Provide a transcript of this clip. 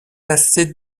assez